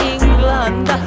England